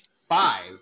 five